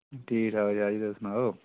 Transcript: ठीक ठाक शाह् जी तुस सनाओ